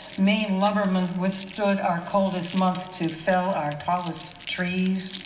maine lumbermen withstood our coldest months to fell our tallest trees.